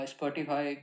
Spotify